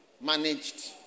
managed